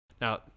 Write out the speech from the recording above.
Now